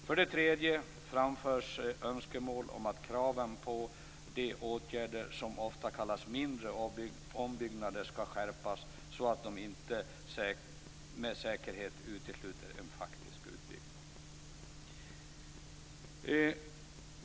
För det tredje framförs önskemål om att kraven på de åtgärder som ofta kallas mindre ombyggnader ska skärpas så att de med säkerhet utesluter en faktisk utbyggnad.